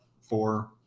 four